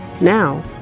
Now